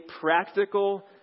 practical